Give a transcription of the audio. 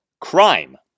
crime